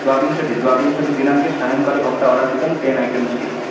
द्वाविंशति द्वाविंशतिदिनाङ्के सायङ्काले भवता आर्डर् कृतं केन ऐटम्स् इति